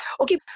Okay